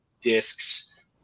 discs